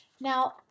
Now